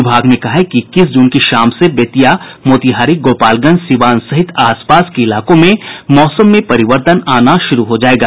विभाग ने कहा है कि इक्कीस जून की शाम से बेतिया मोतिहारी गोपालगंज सीवान सहित आसपास के इलाकों में मौसम में परिवर्तन आना शुरू हो जायेगा